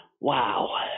Wow